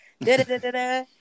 Da-da-da-da-da